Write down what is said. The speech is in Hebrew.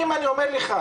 שנים, אני אומר לך.